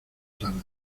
tarde